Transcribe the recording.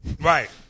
right